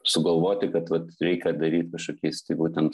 sugalvoti kad vat reikia daryt kažkokiais tai būtent